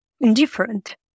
indifferent